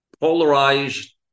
polarized